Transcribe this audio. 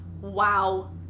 Wow